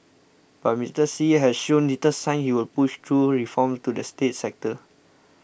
but Mister Xi has shown little sign he will push through reforms to the state sector